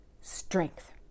strength